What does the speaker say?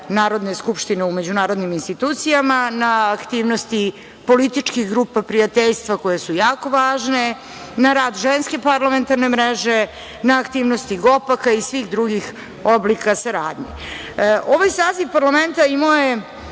Narodne skupštine u međunarodnim institucijama, na aktivnosti političkih grupa prijateljstva koje su jako važne, na rad Ženske parlamentarne mreže, na aktivnosti GOPAK-a i svih drugih oblika saradnje. Ovaj saziv parlamenta imao je